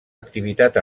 activitat